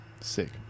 sick